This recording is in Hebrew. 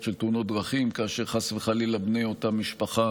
של תאונות דרכים כאשר חס וחלילה בני אותה משפחה